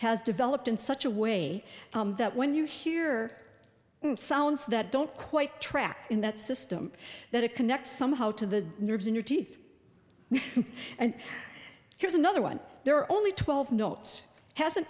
has developed in such a way that when you hear sounds that don't quite track in that system that it connects somehow to the nerves in your teeth and here's another one there are only twelve knots hasn't